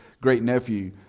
great-nephew